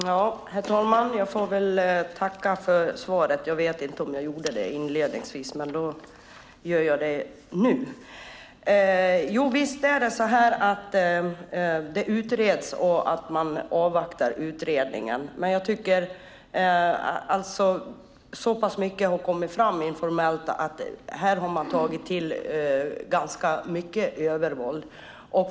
Herr talman! Jag får tacka för svaret. Jag vet inte om jag gjorde det inledningsvis, men då gör jag det nu. Visst utreds det. Man avvaktar utredningen, men jag tycker att så pass mycket har kommit fram informellt att man kan se att här har polisen tagit till ganska mycket övervåld.